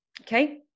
okay